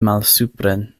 malsupren